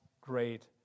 great